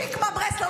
שקמה ברסלר,